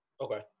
Okay